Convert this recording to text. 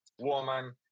woman